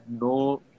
no